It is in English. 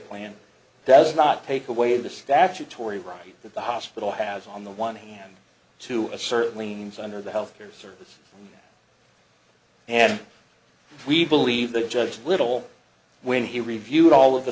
plan does not take away the statutory right that the hospital has on the one hand to a certain liens under the health care service and we believe the judge little when he reviewed all of the